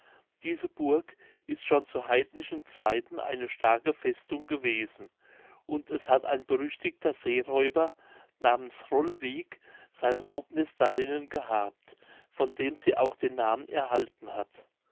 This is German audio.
diese burg ist schon zu heidnischen zeiten eine starke festung gewesen und es hat ein berüchtigter seeräuber namens rolwiek sein raubnest darinnen gehabt von dem sie auch den namen erhalten hat